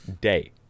day